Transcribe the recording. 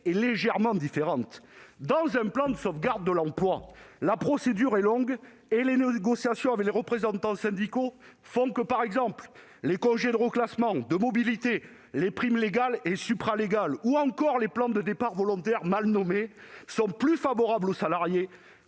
est légèrement différente. Dans un plan de sauvegarde de l'emploi, la procédure est longue et les négociations avec les représentants syndicaux font que les congés de reclassement, de mobilité, les primes légales et supralégales, ou encore les plans de départ volontaire, bien mal nommés, sont plus favorables aux salariés